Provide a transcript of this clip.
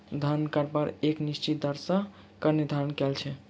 धन कर पर एक निश्चित दर सॅ कर निर्धारण कयल छै